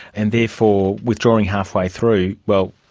and therefore withdrawing halfway through, well,